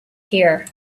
here